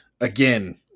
Again